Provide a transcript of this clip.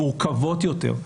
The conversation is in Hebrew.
המורכבות יותר,